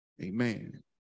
Amen